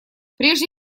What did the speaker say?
прежде